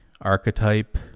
Archetype